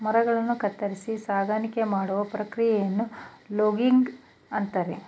ಮರಗಳನ್ನು ಕತ್ತರಿಸಿ ಸಾಗಾಣಿಕೆ ಮಾಡುವ ಪ್ರಕ್ರಿಯೆಯನ್ನು ಲೂಗಿಂಗ್ ಅಂತರೆ